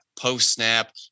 post-snap